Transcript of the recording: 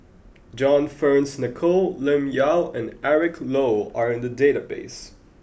John Fearns Nicoll Lim Yau and Eric Low are in the database